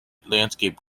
landscape